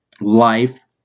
life